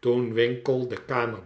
toen winkle de kamer